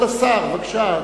כבוד השר, בבקשה.